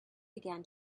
began